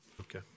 Okay